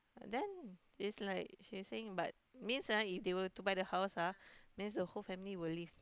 then it's like she is saying but means ah if they were to buy the house ah means the whole family will leave